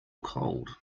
cold